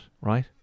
right